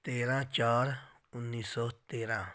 ਤੇਰ੍ਹਾਂ ਚਾਰ ਉੱਨੀ ਸੌ ਤੇਰ੍ਹਾਂ